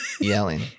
Yelling